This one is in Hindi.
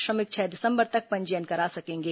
श्रमिक छह दिसंबर तक पंजीयन करा सकेंगे